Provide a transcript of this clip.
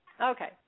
Okay